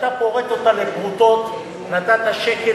ההצבעה